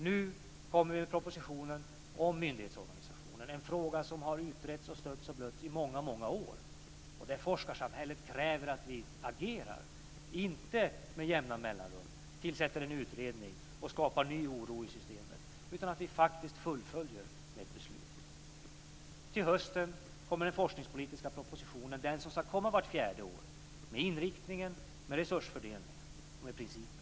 Nu kommer propositionen om myndighetsorganisationen, en fråga som har utretts och stötts och blötts i många år. Forskarsamhället kräver att vi agerar, inte att vi med jämna mellanrum tillsätter en utredning och skapar ny oro i systemet, utan att vi faktiskt fullföljer med ett beslut. Till hösten kommer den forskningspolitiska propositionen - den som ska komma vart fjärde år - med inriktningen och resursfördelningen och med principerna.